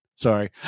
Sorry